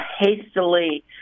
hastily